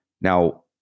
Now